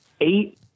eight